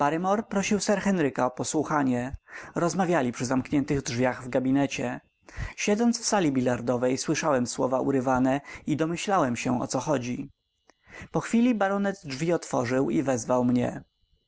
prosił sir henryka o posłuchanie rozmawiali przy zamkniętych drzwiach w gabinecie siedząc w sali bilardowej słyszałem słowa urywane i domyślałem się o co chodzi po chwili baronet drzwi otworzył i wezwał mnie